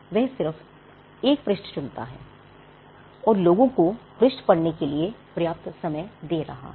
वह सिर्फ एक पृष्ठ चुनता है और लोगों को पृष्ठ पढ़ने के लिए पर्याप्त समय दे रहा है